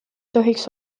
tohiks